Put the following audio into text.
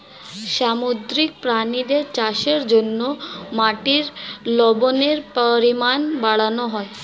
সামুদ্রিক প্রাণীদের চাষের জন্যে মাটির লবণের পরিমাণ বাড়ানো হয়